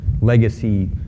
legacy